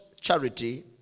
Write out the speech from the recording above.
charity